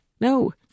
No